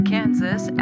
Kansas